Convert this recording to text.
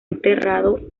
enterrado